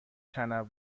تنوع